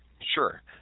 Sure